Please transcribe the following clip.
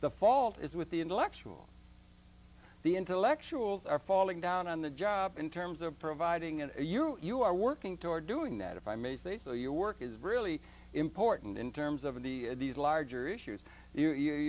the fault is with the intellectual the intellectuals are falling down on the job in terms of providing and you you are working toward doing that if i may say so your work is really important in terms of the larger issues you you